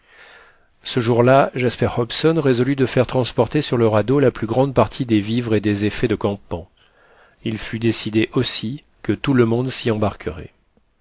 ce jour-là jasper hobson résolut de faire transporter sur le radeau la plus grande partie des vivres et des effets de campement il fut décidé aussi que tout le monde s'y embarquerait